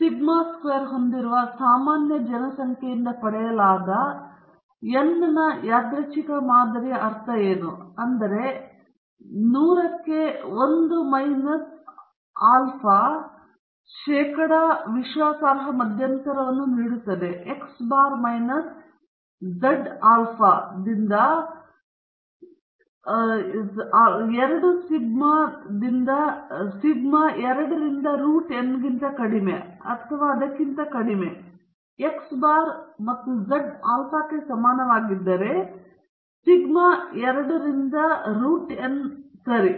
sigma square ಹೊಂದಿರುವ ಸಾಮಾನ್ಯ ಜನಸಂಖ್ಯೆಯಿಂದ ಪಡೆಯಲಾದ n ನ ಯಾದೃಚ್ಛಿಕ ಮಾದರಿಯ ಅರ್ಥದಲ್ಲಿ ಆಗಿದ್ದರೆ ನಂತರ ನೂರಕ್ಕೆ 1 ಮೈನಸ್ ಆಲ್ಫಾ ಶೇಕಡಾ ವಿಶ್ವಾಸಾರ್ಹ ಮಧ್ಯಂತರವನ್ನು ನೀಡಲಾಗುತ್ತದೆ x bar minus z alpha ದಿಂದ 2 ಸಿಗ್ಮಾದಿಂದ ರೂಟ್ n ಗಿಂತ ಕಡಿಮೆ ಅಥವಾ ಅದಕ್ಕಿಂತ ಕಡಿಮೆ ಅಥವಾ x ಬಾರ್ ಮತ್ತು z ಆಲ್ಫಾಕ್ಕೆ ಸಮಾನವಾಗಿ 2 ಸಿಗ್ಮಾದಿಂದ ರೂಟ್ n ಸರಿ